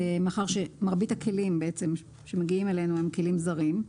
מאחר שמרבית הכלים שמגיעים אלינו הם כלים זרים,